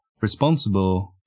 responsible